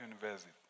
university